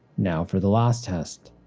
now for the last test,